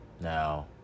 Now